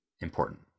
important